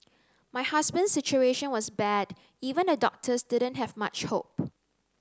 my husband's situation was bad even the doctors didn't have much hope